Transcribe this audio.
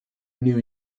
new